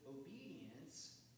obedience